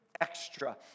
extra